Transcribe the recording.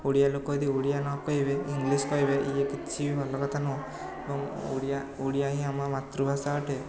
ଓଡ଼ିଆ ଲୋକ ଯଦି ଓଡ଼ିଆ ନ କହିବେ ଇଂଲିଶ କହିବେ ଇଏ କିଛି ଭଲ କଥା ନୁହଁ ଏବଂ ଓଡ଼ିଆ ଓଡ଼ିଆ ହିଁ ଆମ ମାତୃଭାଷା ଅଟେ